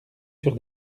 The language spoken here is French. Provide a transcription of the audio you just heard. sur